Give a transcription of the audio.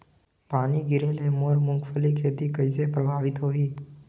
पानी गिरे ले मोर मुंगफली खेती कइसे प्रभावित होही?